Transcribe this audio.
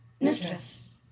Mistress